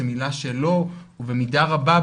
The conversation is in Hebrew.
זו מילה שלו ובמידה רבה,